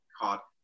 caught